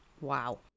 Wow